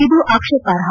ಇದು ಆಕ್ಷೇಪಾರ್ಹ